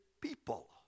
people